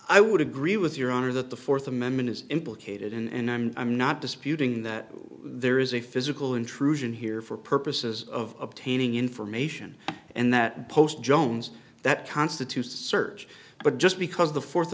i would agree with your honor that the fourth amendment is implicated in and i'm i'm not disputing that there is a physical intrusion here for purposes of obtaining information and that post jones that constitutes search but just because the fourth